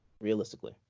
Realistically